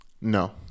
No